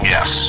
Yes